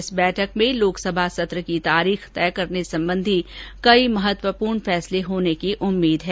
इस बैठक में लोकसभा सत्र की तारीख तय करने संबंधी कई महत्वपूर्ण फैसले होने की उम्मीद है